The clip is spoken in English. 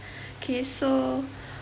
okay so